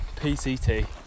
PCT